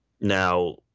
now